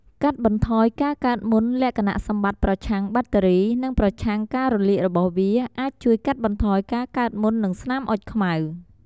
កាត់បន្ថយការកើតមុន លក្ខណៈសម្បត្តិប្រឆាំងបាក់តេរី និងប្រឆាំងការរលាករបស់វា អាចជួយកាត់បន្ថយការកើតមុន និងស្នាមអុចខ្មៅ។